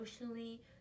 emotionally